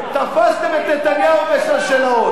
תפסתם את נתניהו בשלשלאות,